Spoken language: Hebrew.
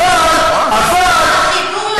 אבל החיבור למציאות.